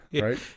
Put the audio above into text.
Right